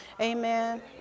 amen